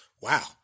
wow